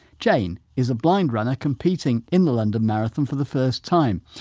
jane is a blind runner, competing in the london marathon for the first time.